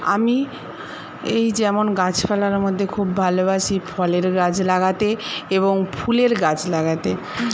আমি এই যেমন গাছপালার মধ্যে খুব ভালোবাসি ফলের গাছ লাগাতে এবং ফুলের গাছ লাগাতে